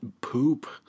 Poop